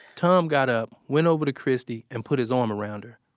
tom got up, went over to christy and put his arm around her,